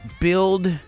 build